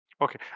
Okay